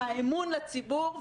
אמון הציבור,